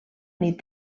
nit